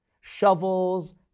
shovels